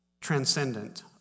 transcendent